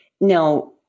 Now